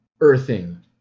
earthing